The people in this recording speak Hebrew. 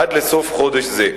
עד לסוף חודש זה.